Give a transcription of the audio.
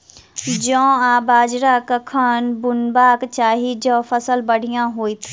जौ आ बाजरा कखन बुनबाक चाहि जँ फसल बढ़िया होइत?